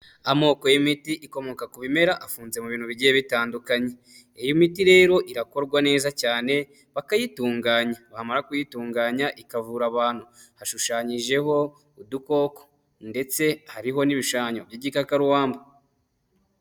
Amoko y'imiti ikomoka ku bimera afunze mu bintu bigiye bitandukanye, iyi miti rero irakorwa neza cyane bakayitunganya bamara kuyitunganya, ikavura abantu. Hashushanyijeho udukoko ndetse hariho n'ibishushanyo by'igikakarubamba.